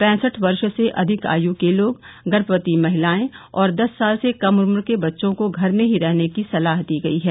पैंसठ वर्ष से अधिक आयु के लोग गर्भवती महिलाएं और दस साल से कम उम्र के बच्चों को घर में ही रहने की सलाह दी गई है